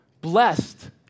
Blessed